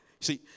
See